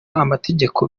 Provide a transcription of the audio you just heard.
amategeko